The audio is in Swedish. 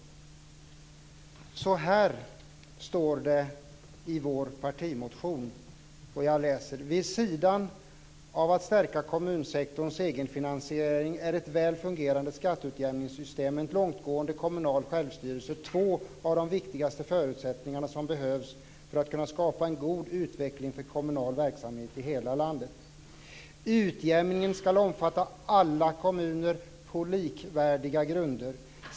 Så här står det i vår partimotion: Vid sidan av att stärka kommunsektorns egenfinansiering är ett väl fungerande skatteutjämningssystem och en långtgående kommunal självstyrelse två av de viktigaste förutsättningarna för att kunna skapa en god utveckling för kommunal verksamhet i hela landet. Utjämningen ska omfatta alla kommuner på likvärdiga grunder.